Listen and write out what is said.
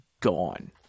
gone